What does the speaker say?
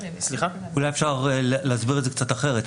אולי אפשר להסביר את זה קצת אחרת.